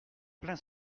plein